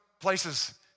places